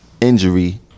injury